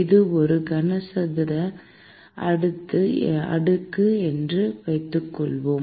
இது ஒரு கனசதுர அடுக்கு என்று வைத்துக்கொள்வோம்